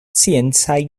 sciencaj